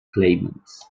clements